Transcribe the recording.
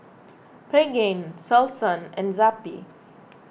Pregain Selsun and Zappy